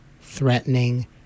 threatening